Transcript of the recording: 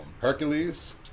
Hercules